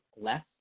less